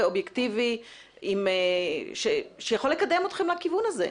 אובייקטיבי שיכול לקדם אתכם לכיוון הזה.